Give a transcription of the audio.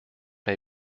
may